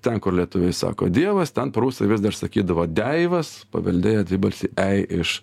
ten kur lietuviai sako dievas ten prūsai vis dar sakydavo deivas paveldėję dvibalsį ei iš